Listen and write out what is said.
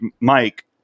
Mike